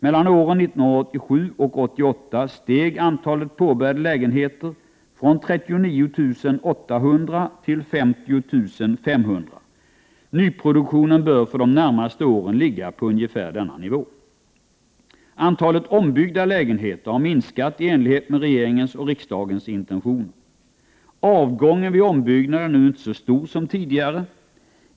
Mellan åren 1987 och 1988 steg antalet påbörjade lägenheter från 39 800 till 50 500. Nyproduktionen bör för de närmaste åren ligga på ungefär denna nivå. Antalet ombyggda lägenheter har minskat i enlighet med regeringens och riksdagens intentioner. Avgången vid ombyggnad är nu inte så stor som tidigare.